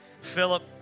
Philip